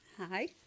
Hi